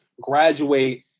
graduate